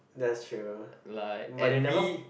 that's true but they never